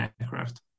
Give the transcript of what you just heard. aircraft